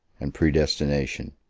and predestination,